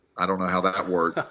i don't know how that worked.